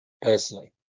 personally